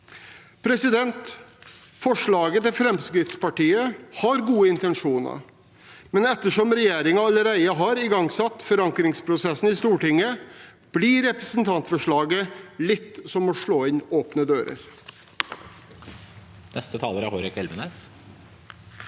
krevende tid. Forslaget fra Fremskrittspartiet har gode intensjoner, men ettersom regjeringen allerede har igangsatt forankringsprosessen i Stortinget, blir representantforslaget litt som å slå inn åpne dører. Hårek Elvenes